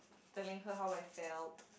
telling her how I felt